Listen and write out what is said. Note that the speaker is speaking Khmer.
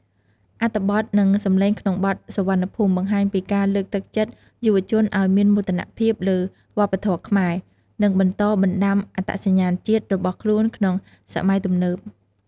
អត្ថបទនិងសម្លេងក្នុងបទ "សុវណ្ណភូមិ" បង្ហាញពីការលើកទឹកចិត្តយុវជនឲ្យមានមោទនភាពលើវប្បធម៌ខ្មែរ និងបន្តបណ្តាំអត្តសញ្ញាណជាតិរបស់ខ្លួនក្នុងសម័យទំនើប។